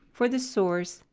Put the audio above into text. for the source,